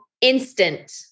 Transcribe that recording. instant